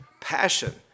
passion